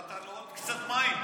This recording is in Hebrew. נתת לו עוד קצת מים?